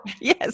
Yes